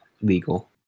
legal